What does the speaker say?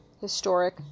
Historic